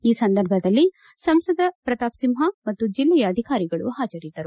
ಈ ಸಂದರ್ಭದಲ್ಲಿ ಸಂಸದ ಪ್ರತಾಪ್ ಸಿಂಪ ಮತ್ತು ಜಿಲ್ಲೆಯ ಅಧಿಕಾರಿಗಳು ಹಾಜರಿದ್ದರು